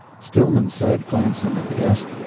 stillman said, glancing at the guest,